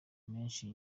menshi